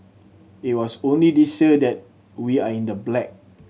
it was only this year that we are in the black